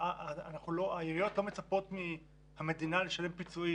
העיריות לא מצפות מהמדינה לשלם פיצויים